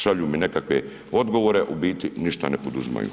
Šalju mi nekakve odgovore, u biti ništa ne poduzimaju.